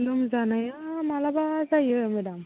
लोमजानाया माब्लाबा जायो मेडाम